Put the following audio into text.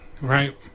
right